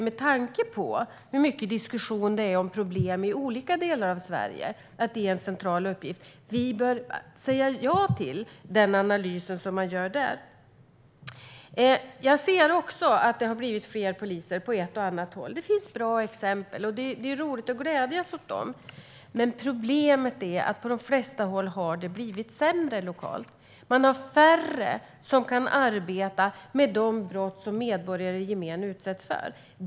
Med tanke på hur mycket diskussion det är om problem i olika delar av Sverige tycker jag att det är en central uppgift. Vi bör säga ja till den analys som man gör där. Jag ser också att det har blivit fler poliser på ett och annat håll. Det finns bra exempel, och det är roligt att glädjas åt dem. Men problemet är att det på de flesta håll har blivit sämre lokalt. Det är färre som kan arbeta med de brott som medborgare i gemen utsätts för.